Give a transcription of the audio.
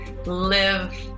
live